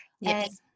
Yes